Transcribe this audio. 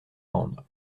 grande